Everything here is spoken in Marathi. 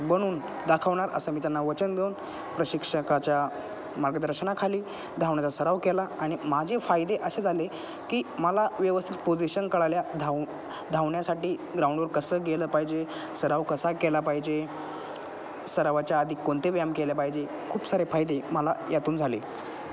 बनून दाखवणार असं मी त्यांना वचन देऊन प्रशिक्षकाच्या मार्गदर्शनाखाली धावण्याचा सराव केला आणि माझे फायदे असे झाले की मला व्यवस्थित पोझिशन कळल्या धाव धावण्यासाठी ग्राउंडवर कसं गेलं पाहिजे सराव कसा केला पाहिजे सरावाच्या आधी कोणते व्यायाम केले पाहिजे खूप सारे फायदे मला यातून झाले